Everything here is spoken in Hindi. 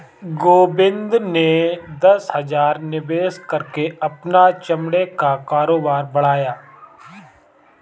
गोविंद ने दस हजार निवेश करके अपना चमड़े का कारोबार बढ़ाया